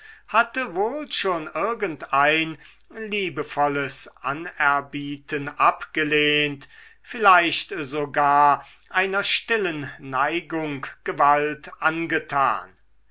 hatte wohl schon irgendein liebevolles anerbieten abgelehnt vielleicht sogar einer stillen neigung gewalt angetan